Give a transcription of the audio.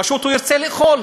פשוט הוא ירצה לאכול,